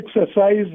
exercise